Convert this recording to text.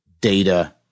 data